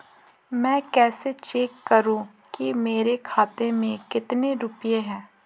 मैं कैसे चेक करूं कि मेरे खाते में कितने रुपए हैं?